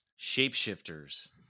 Shapeshifters